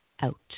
out